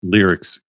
Lyrics